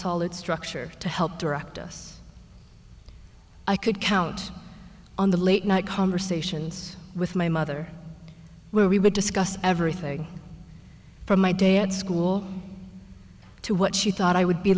that structure to help direct us i could count on the late night conversations with my mother where we would discuss everything from my day at school to what she thought i would be